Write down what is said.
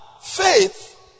faith